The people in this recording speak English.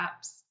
apps